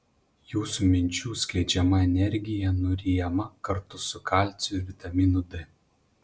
jūsų minčių skleidžiama energija nuryjama kartu su kalciu ir vitaminu d